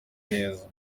neza